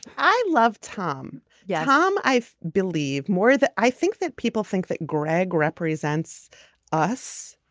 i love tom yeah. tom i believe more than i think that people think that greg represents us.